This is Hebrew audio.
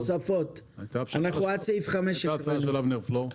הייתה הצעה של אבנר פלור.